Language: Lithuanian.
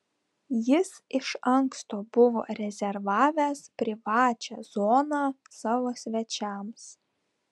jis iš anksto buvo rezervavęs privačią zoną savo svečiams